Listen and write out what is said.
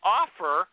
offer –